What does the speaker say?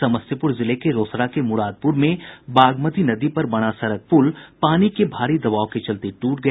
समस्तीपुर जिले के रोसड़ा के मुरादपुर में बागमती नदी पर बना सड़क पुल पानी के भारी दबाव के चलते टूट गया